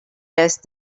desk